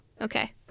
Okay